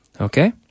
okay